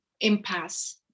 impasse